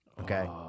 Okay